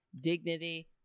dignity